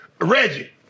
Reggie